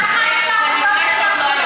זה מקרה שעוד לא היה.